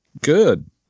good